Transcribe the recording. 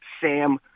Sam